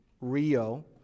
Rio